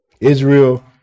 Israel